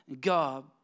God